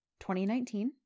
2019